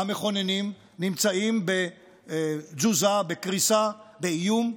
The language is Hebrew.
המכוננים, נמצאים בתזוזה, בקריסה, באיום,